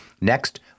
Next